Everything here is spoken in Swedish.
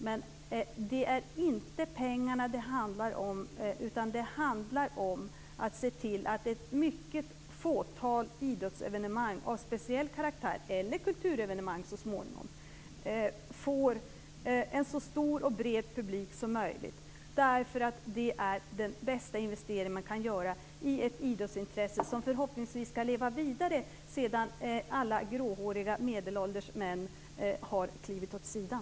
Men det är inte pengarna det handlar om, utan om att se till att ett mycket fåtal idrottsevenemang av speciell karaktär - eller kulturevenemang så småningom - får en så stor och bred publik som möjligt. Det är nämligen den bästa investering man kan göra i ett idrottsintresse som förhoppningsvis skall leva vidare sedan alla gråhåriga medelålders män har klivit åt sidan.